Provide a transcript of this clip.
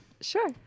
Sure